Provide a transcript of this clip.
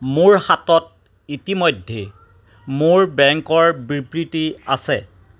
মোৰ হাতত ইতিমধ্যে মোৰ বেংকৰ বিবৃতি আছে